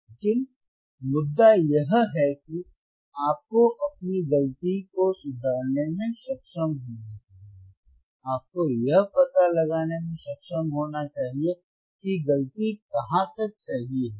लेकिन मुद्दा यह है कि आपको अपनी गलती को सुधारने में सक्षम होना चाहिए आपको यह पता लगाने में सक्षम होना चाहिए कि गलती कहां तक सही है